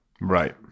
Right